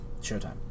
Showtime